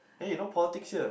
eh no politics here